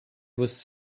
was